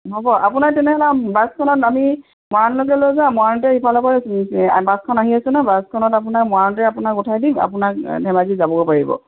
হ'ব আপোনাৰ তেনেহ'লে বাছখনত আমি মৰাণলৈকে লৈ যাওঁ মৰাণতে ইফাল পৰা বাছখন আহি আছে নহ্ বাছখনত আপোনাৰ মৰাণতে আপোনাক উঠাই দিম আপোনাক ধেমাজি যাবগৈ পাৰিব